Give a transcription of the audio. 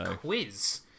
quiz